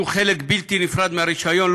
שהוא חלק בלתי נפרד מהרישיון,